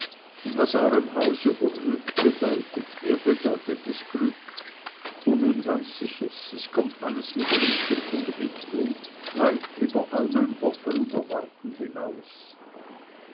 und was eurem hause unglück bedeutet mir bedeutet es glück und nun weiß ich es es kommt alles wieder in schick und richtung weit über all mein hoffen und erwarten hinaus